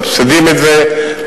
מסבסדים את זה,